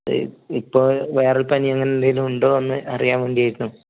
ഇപ്പോൾ വൈറൽ പനി അങ്ങനെ എന്തേലുമുണ്ടോ എന്ന് അറിയാൻ വേണ്ടിയായിരുന്നു